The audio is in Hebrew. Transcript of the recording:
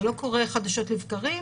זה לא קורה חדשות לבקרים.